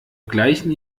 gleichen